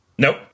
Nope